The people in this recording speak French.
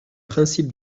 principes